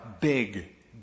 big